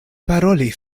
paroli